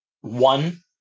one